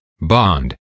bond